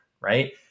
right